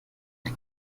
der